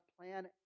plan